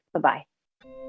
Bye-bye